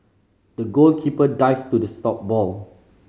the goalkeeper dived to the stop ball